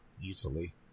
easily